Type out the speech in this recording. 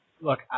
look